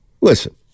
Listen